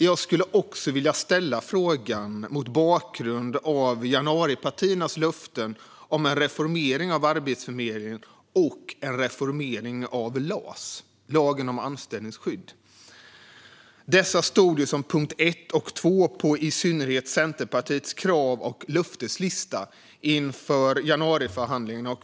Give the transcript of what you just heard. Jag skulle också vilja ställa en fråga mot bakgrund av januaripartiernas löften om en reformering av Arbetsförmedlingen och en reformering av LAS, lagen om anställningsskydd. Dessa stod ju som punkt 1 och 2 på i synnerhet Centerpartiets krav och löfteslista inför januariförhandlingarna.